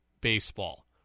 baseball